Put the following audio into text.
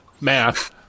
Math